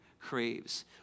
craves